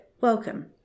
welcome